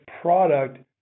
product